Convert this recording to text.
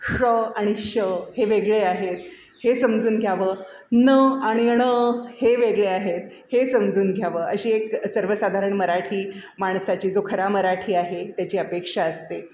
ष आणि श हे वेगळे आहेत हे समजून घ्यावं न आणि ण हे वेगळे आहेत हे समजून घ्यावं अशी एक सर्वसाधारण मराठी माणसाची जो खरा मराठी आहे त्याची अपेक्षा असते